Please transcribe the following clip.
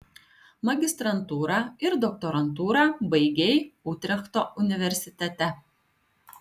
magistrantūrą ir doktorantūrą baigei utrechto universitete